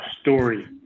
story